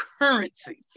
currency